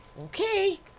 okay